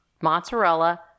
Mozzarella